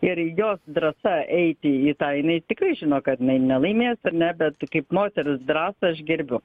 ir jos drąsa eiti į tą jinai tikrai žino kad jinai nelaimės ar ne bet tai kaip moters drąsą aš gerbiu